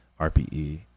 rpe